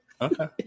Okay